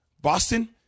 Boston